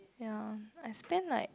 ya I spend like